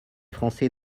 français